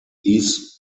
these